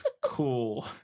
Cool